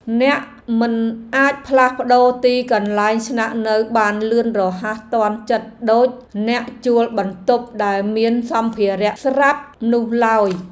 អ្នកមិនអាចផ្លាស់ប្ដូរទីកន្លែងស្នាក់នៅបានលឿនរហ័សទាន់ចិត្តដូចអ្នកជួលបន្ទប់ដែលមានសម្ភារៈស្រាប់នោះឡើយ។